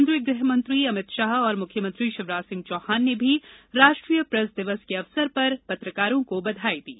केंद्रीय गृहमंत्री अमित शाह और मुख्यमंत्री शिवराज सिंह चौहान ने भी राष्ट्रीय प्रेस दिवस के अवसर पर पत्रकारों को बधाई दी है